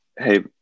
Hey